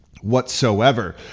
whatsoever